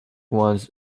ones